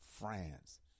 France